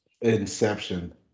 Inception